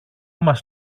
μας